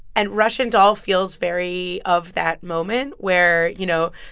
and russian doll feels very of that moment, where, you know,